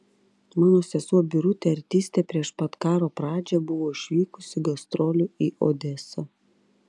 mano sesuo birutė artistė prieš pat karo pradžią buvo išvykusi gastrolių į odesą